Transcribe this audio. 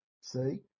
See